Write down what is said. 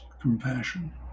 compassion